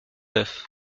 d’œufs